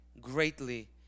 greatly